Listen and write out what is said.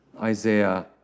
Isaiah